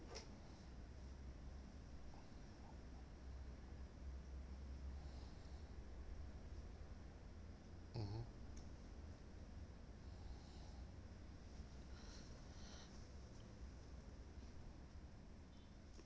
mmhmm